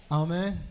amen